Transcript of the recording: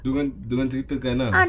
dia kan dia ceritakan leh